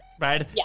Right